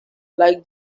like